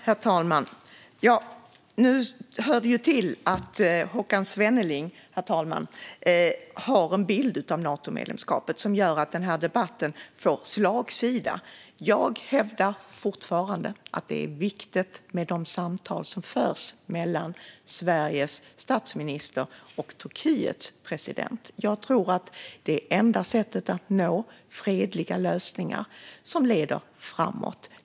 Herr talman! Nu hör det till att Håkan Svenneling har en bild av Natomedlemskapet som gör att debatten får slagsida. Jag hävdar fortfarande att det är viktigt med de samtal som förs mellan Sveriges statsminister och Turkiets president. Jag tror att det är enda sättet att nå fredliga lösningar som leder framåt.